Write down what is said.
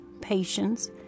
patience